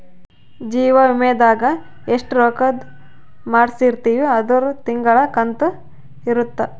ಜೀವ ವಿಮೆದಾಗ ಎಸ್ಟ ರೊಕ್ಕಧ್ ಮಾಡ್ಸಿರ್ತಿವಿ ಅದುರ್ ತಿಂಗಳ ಕಂತು ಇರುತ್ತ